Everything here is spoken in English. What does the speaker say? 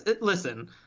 Listen